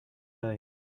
day